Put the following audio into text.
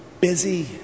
busy